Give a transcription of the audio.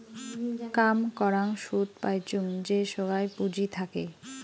কাম করাং সুদ পাইচুঙ যে সোগায় পুঁজি থাকে